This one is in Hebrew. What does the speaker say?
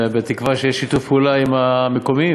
בתקווה שיהיה שיתוף פעולה עם המקומיים.